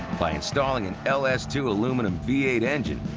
by installing an l s two aluminium v eight engine.